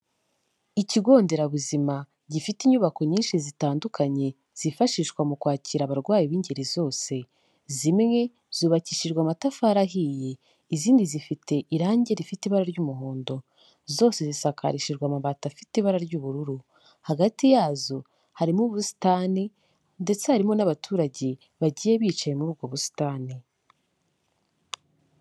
Ikigo nderabuzima gifite inyubako nyinshi zitandukanye, zifashishwa mu kwakira abarwayi b'ingeri zose, zimwe zubakishijwe amatafari ahiye, izindi zifite irangi rifite ibara ry'umuhondo, zose zisakarishijwe amabati afite ibara ry'ubururu, hagati yazo harimo ubusitani ndetse harimo n'abaturage bagiye bicaye muri ubwo busitani.